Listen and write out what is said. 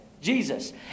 Jesus